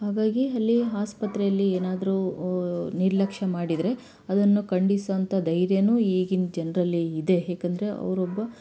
ಹಾಗಾಗಿ ಅಲ್ಲಿ ಆಸ್ಪತ್ರೆಯಲ್ಲಿ ಏನಾದರೂ ನಿರ್ಲಕ್ಷ್ಯ ಮಾಡಿದರೆ ಅದನ್ನು ಖಂಡಿಸೋಂಥ ಧೈರ್ಯನೂ ಈಗಿನ ಜನರಲ್ಲಿ ಇದೆ ಏಕೆಂದರೆ ಅವರೊಬ್ಬ